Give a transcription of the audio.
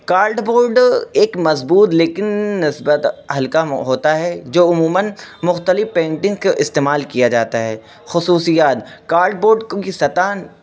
called بولڈ ایک مضبوط لیکن نسبت ہلکا ہوتا ہے جو عموماً مختلف پینٹنگ استعمال کیا جاتا ہے خصوصیات کالڈ بوڈ کیونکہ سطح